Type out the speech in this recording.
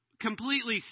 completely